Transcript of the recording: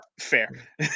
Fair